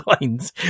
lines